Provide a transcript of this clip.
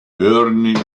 ernie